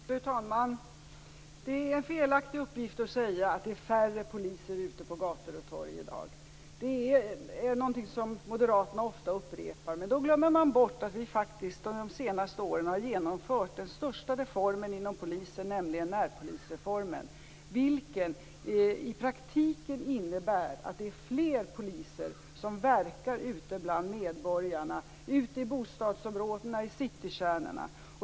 Fru talman! Det är en felaktig uppgift att det i dag är färre poliser ute på gator och torg. Detta är något som moderaterna ofta upprepar, men man glömmer då bort att vi faktiskt under de senaste åren har genomfört den största reformen inom polisen, nämligen närpolisreformen. Den innebär i praktiken att det är fler poliser som verkar ute bland medborgarna, ute i bostadsområdena och i citykärnorna.